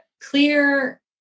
clear